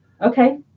okay